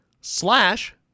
slash